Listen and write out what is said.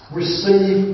receive